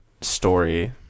story